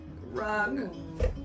Rug